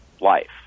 life